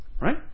right